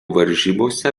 varžybose